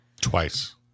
Twice